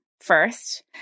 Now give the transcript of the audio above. first